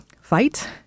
fight